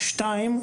שניים,